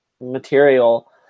material